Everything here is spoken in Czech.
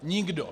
Nikdo.